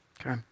Okay